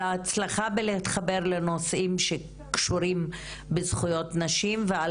ההצלחה בלהתחבר לנושאים שקשורים בזכויות נשים ועל